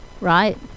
right